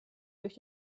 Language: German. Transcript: durch